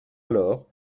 alors